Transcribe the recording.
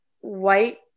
white